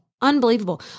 Unbelievable